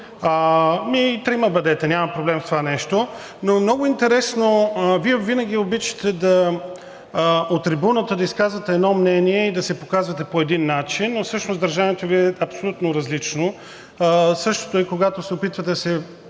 трима бъдете, няма проблем в това нещо. Но много е интересно, Вие винаги обичате от трибуната да изказвате едно мнение и да се показвате по един начин, а всъщност държанието Ви е абсолютно различно. Същото е и когато се опитвате да се